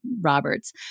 Roberts